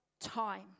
Time